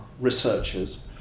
researchers